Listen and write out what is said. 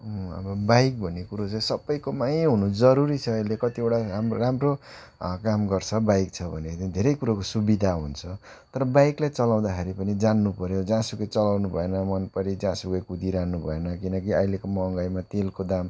अब बाइक भन्ने कुरो चाहिँ सबैकोमा हुनु जरुरी छ अहिले कतिवटा हाम्रो राम्रो काम गर्छ बाइक छ भनेदेखि चाहिँ धेरै कुरोको सुविधा हुन्छ तर बाइकलाई चलाउँदाखेरि पनि जान्नु पऱ्यो जहाँसुकै चलाउनु भएन मनपरि जहाँसुकै कुदिरहनु भएन किनकि अहिलेको महँगाइमा तेलको दाम